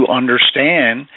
understand